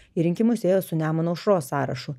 į rinkimus ėjo su nemuno aušros sąrašu